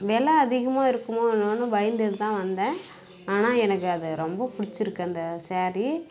விலை அதிகமாக இருக்குமோ என்னமோனு பயந்துகிட்டுத்தான் வந்தேன் ஆனால் எனக்கு அது ரொம்பப் பிடிச்சிருக்கு அந்த சேரீ